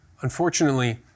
unfortunately